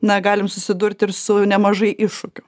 na galim susidurti ir su nemažai iššūkių